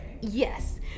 Yes